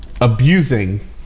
abusing